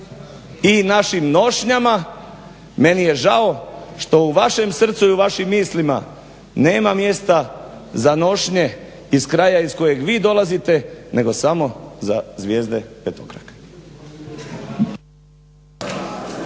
i našim nošnjama. Meni je žao što u vašem srcu i u vašim mislima nema mjesta za nošnje iz kraja iz kojeg vi dolazite nego za samo za zvijezde petokrake.